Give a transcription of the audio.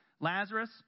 Lazarus